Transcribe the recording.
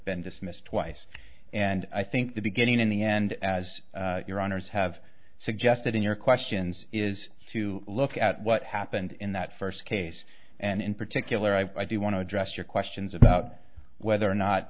been dismissed twice and i think the beginning in the end as your honour's have suggested in your questions is to look at what happened in that first case and in particular i do want to address your questions about whether or not